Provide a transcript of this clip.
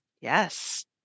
Yes